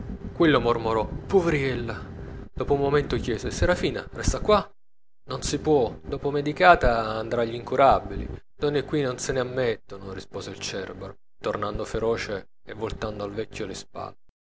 quello mormorò puveriello dopo un momento chiese serafina resta qua non si può dopo medicata andrà agl'incurabili donne qui non se ne ammettono rispose il cerbero tornando feroce e voltando al vecchio le spalle